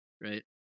right